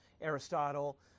Aristotle